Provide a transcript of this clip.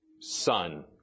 son